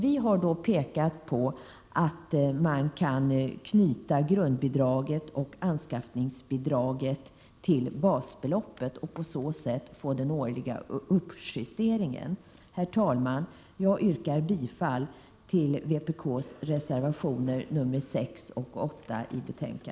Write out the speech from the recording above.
Vi har pekat på att man kan knyta grundbidraget och anskaffningsbidraget till basbeloppet och på så sätt få den årliga uppjusteringen. Herr talman! Jag yrkar bifall till vpk:s reservationer 6 och 8.